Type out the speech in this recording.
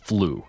Flu